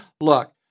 Look